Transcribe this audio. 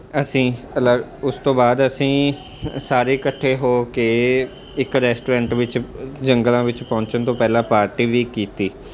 ਅਸੀਂ ਅਲੱਗ ਉਸ ਤੋਂ ਬਾਅਦ ਅਸੀਂ ਸਾਰੇ ਇਕੱਠੇ ਹੋ ਕੇ ਇੱਕ ਰੈਸਟੋਰੈਂਟ ਵਿੱਚ ਜੰਗਲਾਂ ਵਿੱਚ ਪਹੁੰਚਣ ਤੋਂ ਪਹਿਲਾਂ ਪਾਰਟੀ ਵੀ ਕੀਤੀ